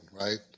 right